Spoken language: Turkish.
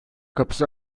kapısı